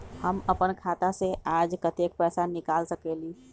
हम अपन खाता से आज कतेक पैसा निकाल सकेली?